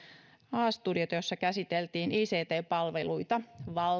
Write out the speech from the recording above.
a studiota jossa käsiteltiin ict palveluita